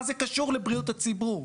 מה זה קשור לבריאות הציבור?